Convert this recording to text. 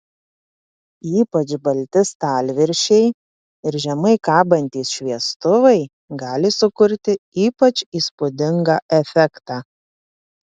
ypač balti stalviršiai ir žemai kabantys šviestuvai gali sukurti ypač įspūdingą efektą